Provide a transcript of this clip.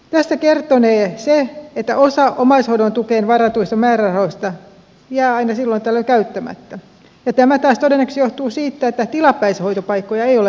tästä kertonee se että osa omaishoidon tukeen varatuista määrärahoista jää aina silloin tällöin käyttämättä ja tämä taas todennäköisesti johtuu siitä että tilapäishoitopaikkoja ei ole riittävästi